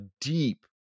deep